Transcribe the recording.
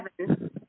seven